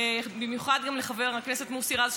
ובמיוחד גם לחבר הכנסת מוסי רז,